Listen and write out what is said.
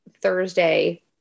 Thursday